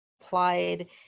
applied